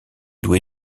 doué